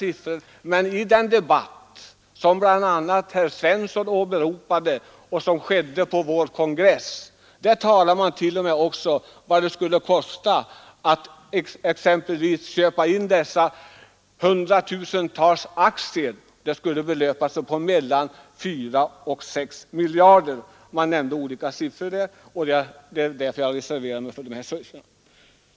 I den debatt som bl.a. herr Svensson i Malmö åberopade och som ägde rum på vår kongress talades det om att det skulle kosta mellan 4 och 6 miljarder att köpa in alla de hundratusentals aktierna i affärsbankerna; man nämnde olika siffror, och det är därför jag reserverar mig för siffrorna.